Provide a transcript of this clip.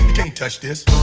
can't touch this